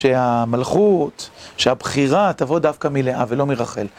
שהמלכות, שהבחירה, תבוא דווקא מלאה ולא מרחל.